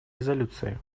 резолюции